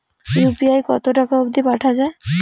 UPI কতো টাকা অব্দি পাঠা যায়?